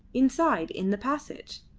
inside in the passage.